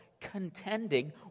contending